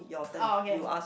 ah okay